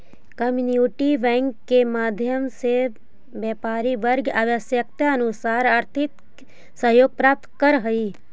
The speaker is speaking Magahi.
कम्युनिटी बैंक के माध्यम से व्यापारी वर्ग आवश्यकतानुसार आर्थिक सहयोग प्राप्त करऽ हइ